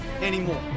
anymore